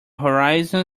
horizon